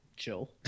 chill